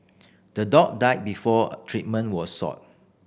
the dog died before treatment was sought